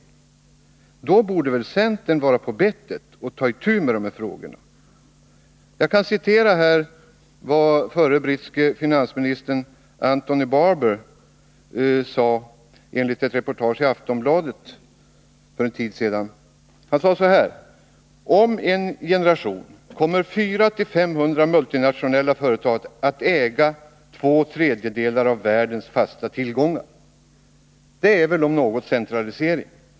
Då borde väl centern vara på bettet och ta itu med de här frågorna. Jag vill citera vad förre brittiske finansministern Anthony Barber sade enligt ett reportage i Aftonbladet för en tid sedan. Han sade: ”Om en generation kommer 400-500 multinationella företag att äga två tredjedelar av världens fasta tillgångar.” Det är väl, om något, centralisering!